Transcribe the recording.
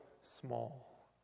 small